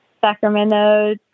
Sacramento